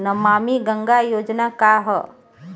नमामि गंगा योजना का ह?